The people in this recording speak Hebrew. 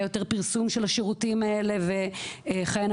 יותר פרסום של השירותים האלה וכולי.